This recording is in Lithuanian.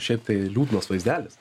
šiaip tai liūdnas vaizdelis